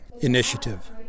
initiative